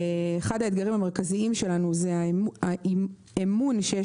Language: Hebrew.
אחד האתגרים המרכזיים שלנו הוא האמון שיש